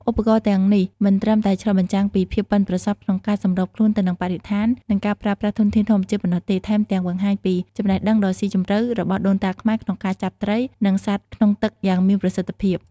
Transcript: ឧបករណ៍ទាំងនេះមិនត្រឹមតែឆ្លុះបញ្ចាំងពីភាពប៉ិនប្រសប់ក្នុងការសម្របខ្លួនទៅនឹងបរិស្ថាន និងការប្រើប្រាស់ធនធានធម្មជាតិប៉ុណ្ណោះទេ ថែមទាំងបង្ហាញពីចំណេះដឹងដ៏ស៊ីជម្រៅរបស់ដូនតាខ្មែរក្នុងការចាប់ត្រី និងសត្វក្នុងទឹកយ៉ាងមានប្រសិទ្ធភាព។